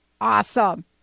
Awesome